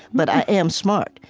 but i am smart.